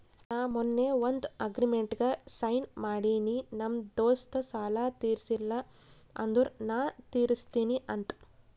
ನಾ ಮೊನ್ನೆ ಒಂದ್ ಅಗ್ರಿಮೆಂಟ್ಗ್ ಸೈನ್ ಮಾಡಿನಿ ನಮ್ ದೋಸ್ತ ಸಾಲಾ ತೀರ್ಸಿಲ್ಲ ಅಂದುರ್ ನಾ ತಿರುಸ್ತಿನಿ ಅಂತ್